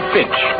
Finch